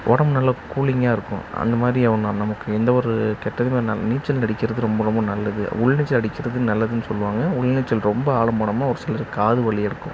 உடம்பு நல்ல கூலிங்காக இருக்கும் அந்த மாதிரி ஆகும் ந நமக்கு எந்த ஒரு கெட்டதுமே ந நீச்சல் அடிக்கிறது ரொம்ப ரொம்ப நல்லது உள்நீச்சல் அடிக்கிறது நல்லதுன்னு சொல்வாங்க உள்நீச்சல் ரொம்ப ஆழம் போனோம்னால் ஒரு சிலருக்கு காது வலி எடுக்கும்